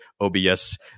OBS